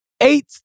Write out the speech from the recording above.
Eight